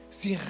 se